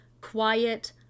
quiet